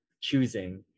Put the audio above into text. choosing